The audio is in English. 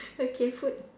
okay food